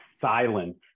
silence